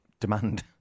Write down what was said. demand